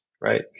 right